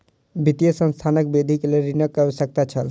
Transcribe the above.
वित्तीय संस्थानक वृद्धि के लेल ऋणक आवश्यकता छल